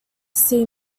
see